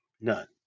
None